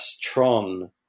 tron